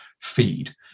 feed